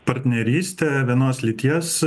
partnerystė vienos lyties